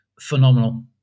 phenomenal